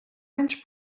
anys